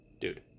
dude